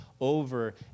over